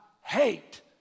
hate